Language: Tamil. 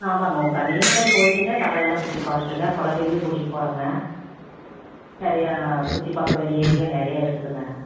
ஆமாங்க கன்னியாகுமரி போய்விட்டுங்க கடலெல்லாம் சுற்றிப் பார்த்துட்டுங்க குழந்தைங்களையும் கூட்டிகிட்டு போகிறேங்க நிறையா சுற்றி பார்க்க வேண்டிய ஏரியா நிறையா இருக்குதுங்க